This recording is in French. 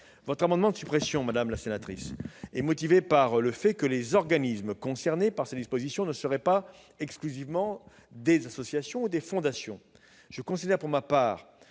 Votre amendement de suppression, madame la sénatrice, est motivé par le fait que les organismes concernés par ces dispositions ne seraient pas exclusivement des associations ou des fondations.